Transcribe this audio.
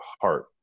heart